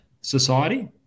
society